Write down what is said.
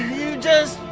you just